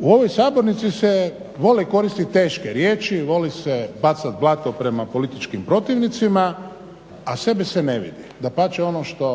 u ovoj sabornici se vole koristiti teške riječi, voli se bacati blato prema političkim protivnicima a sebe se ne vidi. Dapače, ono što